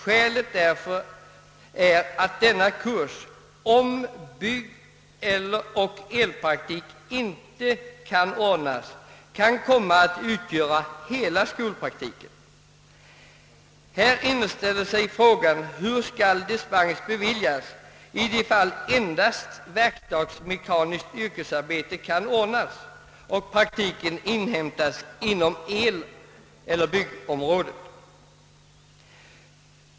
Skälet därtill är att denna kurs, om byggoch elpraktik inte kan ordnas, kan komma att utgöra hela skolpraktiken.» Här inställer sig frågan hur dispens skall beviljas i de fall då endast verkstads-mekaniskt yrkesarbete kan ordnas och praktiken inhämtas inom byggeller elområdet.